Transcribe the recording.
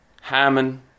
Hammond